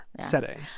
setting